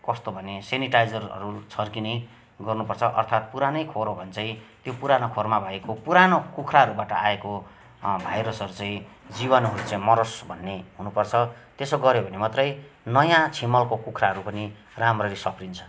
कस्तो भने सेनिटाइजरहरू छर्किने गर्नुपर्छ अर्थात पुरानै खोर हो भने चाहिँ त्यो पुरानो खोरमा भएको पुरानो कुखुराहरूबाट आएको भाइरसहरू चाहिँ जिवाणुहरू चाहिँ मरोस् भन्ने हुनुपर्छ त्यसो गऱ्यो भने मात्रै नयाँ छिमलको कुखुराहरू पनि राम्ररी सप्रिन्छ